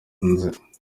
nze